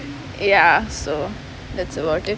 ya so that's about it